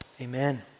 amen